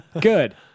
Good